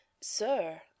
Sir